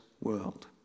world